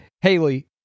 Haley